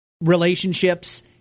relationships